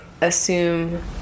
assume